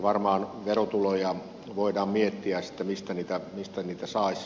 varmaan verotuloja voidaan miettiä että mistä niitä saisi